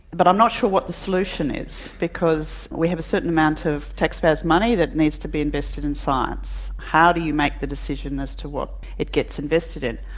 but i'm not sure what the solution is because we have a certain amount of tax payers' money that needs to be invested in science. how do you make the decision as to what it gets invested in?